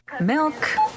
Milk